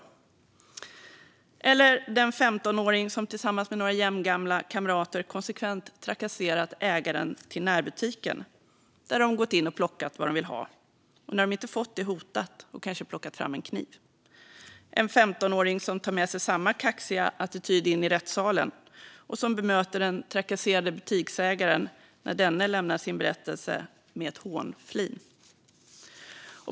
Gruppen unga lagöverträdare rymmer också den 15-åring som tillsammans med några jämngamla kamrater konsekvent trakasserat ägaren till närbutiken, där de gått in och plockat vad de velat ha och när de inte fått det hotat och kanske plockat fram en kniv. Det är en 15-åring som tar med sig samma kaxiga attityd in i rättssalen och som bemöter den trakasserade butiksägaren, när denne lämnar sin berättelse, med ett hånflin.